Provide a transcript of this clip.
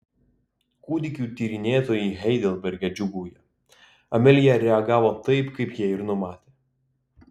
kūdikių tyrinėtojai heidelberge džiūgauja amelija reagavo taip kaip jie ir numatė